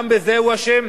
גם בזה הוא אשם?